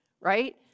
right